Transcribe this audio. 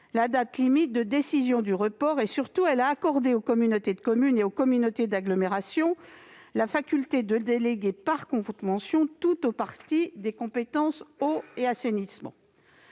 la date limite de décision du report de transfert de compétence. Surtout, elle a accordé aux communautés de communes et aux communautés d'agglomération la faculté de déléguer, par convention, tout ou partie des compétences eau et assainissement.